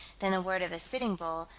than the word of a sitting bull,